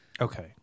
Okay